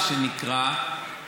מה שנקרא,